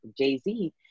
Jay-Z